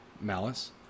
malice